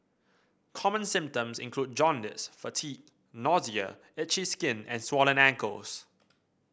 common symptoms include jaundice fatigue nausea itchy skin and swollen ankles